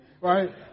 right